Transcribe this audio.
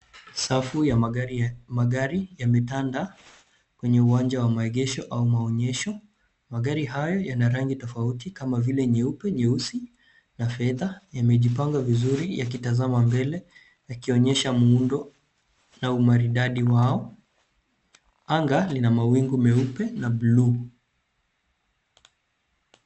Safu ya magari yametanda kwenye uwanja wa maegesho au maonyesho, magari hayo yana rangi tofauti kama vile nyeupe, nyeusi, na fedha. Yamejipanga vizuri yakitazama mbele, yakionyesha muundo na umaridadi wao, anga lina mawingu meupe na blue .